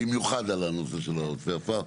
במיוחד על הנושא של עודפי עפר.